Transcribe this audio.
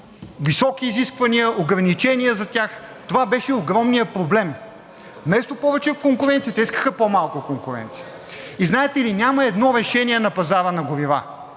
високи изисквания, ограничения за тях – това беше огромният проблем. Вместо повече конкуренция, те искаха по-малко конкуренция. И знаете ли, няма едно решение на пазара на горива,